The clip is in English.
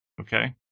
Okay